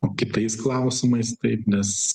o kitais klausimais taip nes